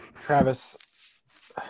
Travis